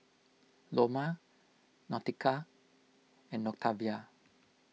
Loma Nautica and Octavia